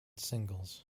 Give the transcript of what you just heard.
singles